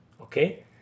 Okay